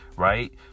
Right